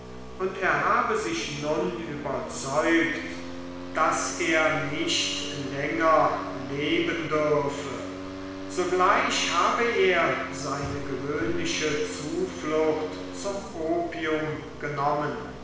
und er habe sich nun überzeugt daß er nicht länger leben dürfe sogleich habe er seine gewöhnliche zuflucht zum opium genommen